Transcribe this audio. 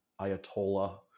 Ayatollah